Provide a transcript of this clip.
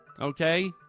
Okay